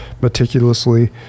meticulously